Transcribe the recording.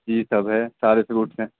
جی سب ہے سارے فروٹس ہیں